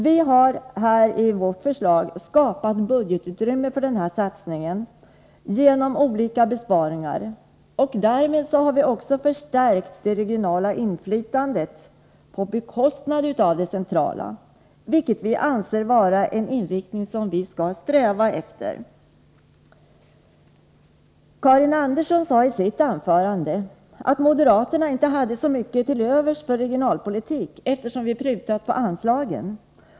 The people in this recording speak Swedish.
Vi har i vårt förslag skapat budgetutrymme för denna satsning genom olika besparingar, och därmed har vi också förstärkt det regionala inflytandet på bekostnad av det centrala, vilket vi anser vara en inriktning som vi skall sträva efter. Karin Andersson sade i sitt anförande att moderaterna inte hade så mycket till övers för regionalpolitik, eftersom vi prutat på anslagen.